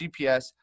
gps